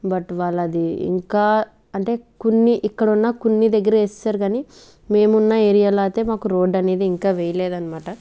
but వాళ్ళది ఇంకా అంటే కొన్ని ఇక్కడున్న కొన్ని దగ్గర వేసేశారు గాని మేమున్న ఏరియాలో అయితే మాకు రోడ్ అనేది ఇంకా వేయలేదన్నమాట